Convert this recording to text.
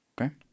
Okay